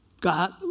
God